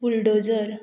bulldozer